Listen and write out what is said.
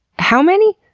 how many?